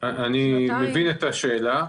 מבין את השאלה.